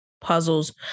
puzzles